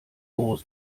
groß